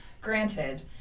Granted